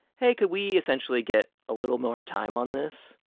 hey, could we essentially get a little more time on this?